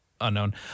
unknown